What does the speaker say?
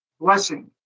blessing